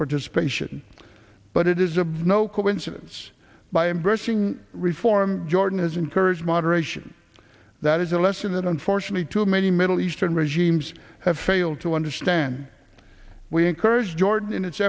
participation but it is a no coincidence by embracing reform jordan has encouraged moderation that is a lesson that unfortunately too many middle eastern regimes have failed to understand we encourage jordan in its